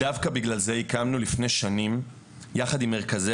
דווקא בגלל זה הקמנו לפני שנים יחד עם מרכזי